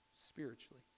spiritually